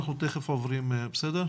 איתך.